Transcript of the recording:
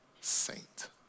saint